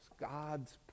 God's